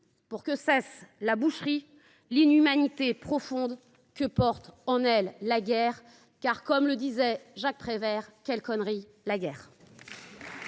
pour que cessent la boucherie et l’inhumanité profonde que porte la guerre, car, comme le disait Jacques Prévert, « Quelle connerie la guerre